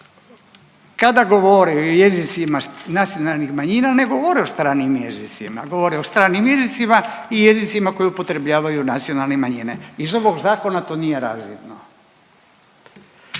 Kada govore o jezicima nacionalnih manjina ne govore o stranim jezicima, govore o stranim jezicima i jezicima koje upotrebljavaju nacionalne manjine. Iz ovog zakona to nije razvidno.